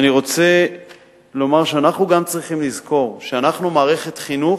אני רוצה לומר שאנחנו גם צריכים לזכור שאנחנו מערכת חינוך,